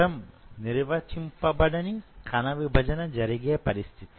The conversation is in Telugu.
సెరమ్ నిర్వచింపబడని కణ విభజన జరిగే పరిస్థితి